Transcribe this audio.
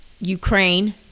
Ukraine